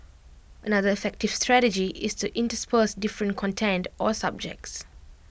another effective strategy is to intersperse different content or subjects